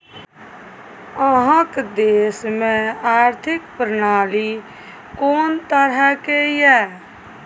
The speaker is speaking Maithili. अहाँक देश मे आर्थिक प्रणाली कोन तरहक यै?